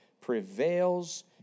prevails